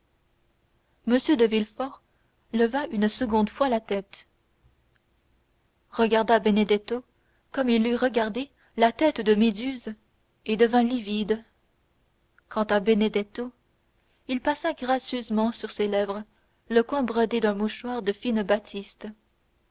m de villefort leva une seconde fois la tête regarda benedetto comme il eût regardé la tête de méduse et devint livide quant à benedetto il passa gracieusement sur ses lèvres le coin brodé d'un mouchoir de fine batiste